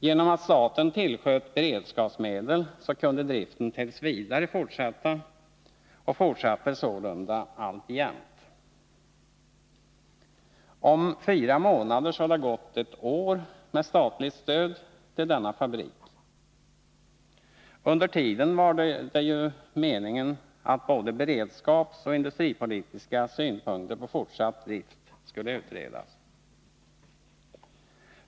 Genom att staten tillsköt beredskapsmedel kunde driften t. v. fortsätta, och fortsätter sålunda alltjämt. Om fyra månader har det gått ett år sedan denna fabrik fick statligt stöd. Under tiden var det ju meningen att man skulle göra en utredning där både beredskapssynpunkter och industripolitiska synpunkter på fortsatt drift skulle beaktas.